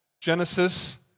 Genesis